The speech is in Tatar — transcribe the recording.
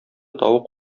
тавык